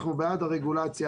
אנחנו בעד הרגולציה,